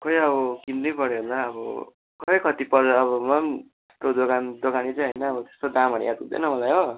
खोइ अब किन्नै पर्यो होला अब खोइ कति पर्छ अब मलाई पनि त्यो दोकान दोकाने चाहिँ होइन अब त्यस्तो दामहरू याद हुँदैन मलाई हो